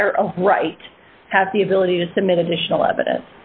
matter of right have the ability to submit additional evidence